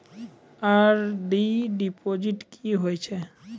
RD deposit की होय छै?